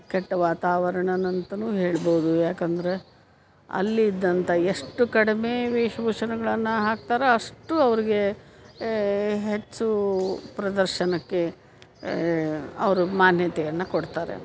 ಕೆಟ್ಟ ವಾತಾವರ್ಣನ ಅಂತಲೂ ಹೇಳ್ಬೋದು ಯಾಕೆಂದರೆ ಅಲ್ಲಿದ್ದಂಥ ಎಷ್ಟು ಕಡಿಮೆ ವೇಶ ಭೂಷಣಗಳನ್ನು ಹಾಕ್ತಾರೋ ಅಷ್ಟು ಅವ್ರಿಗೆ ಏ ಹೆಚ್ಚು ಪ್ರದರ್ಶನಕ್ಕೆ ಅವರು ಮಾನ್ಯತೆಯನ್ನು ಕೊಡ್ತಾರೆ